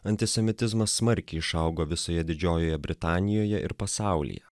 antisemitizmas smarkiai išaugo visoje didžiojoje britanijoje ir pasaulyje